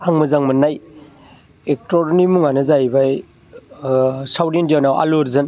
आं मोजां मोन्नाय एक्टरनि मुङानो जाहैबाय साउट इण्डियानाव आलु अर्जुन